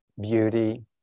beauty